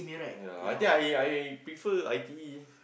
yea I think I I prefer I_T_E